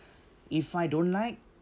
if I don't like